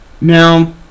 Now